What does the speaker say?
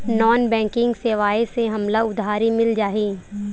Non banking सेवाएं से हमला उधारी मिल जाहि?